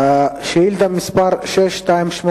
שאילתא מס' 628,